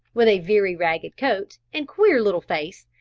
with a very ragged coat, and queer little face,